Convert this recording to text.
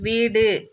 வீடு